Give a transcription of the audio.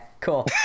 cool